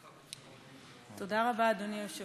רבה, אדוני היושב-ראש.